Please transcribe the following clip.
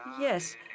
yes